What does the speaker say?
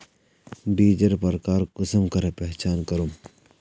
बीजेर प्रकार कुंसम करे पहचान करूम?